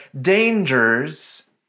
dangers